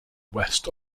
west